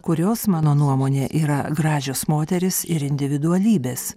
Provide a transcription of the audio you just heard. kurios mano nuomone yra gražios moterys ir individualybės